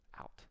out